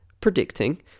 predicting